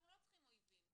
אנחנו לא צריכים אויבים,